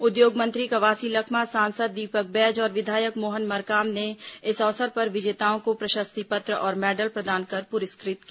उद्योग मंत्री कवासी लखमा सांसद दीपक बैज और विधायक मोहन मरकाम ने इस अवसर पर विजेताओं को प्रशस्ति पत्र और मैडल प्रदान कर पुरस्कृत किया